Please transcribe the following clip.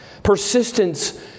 Persistence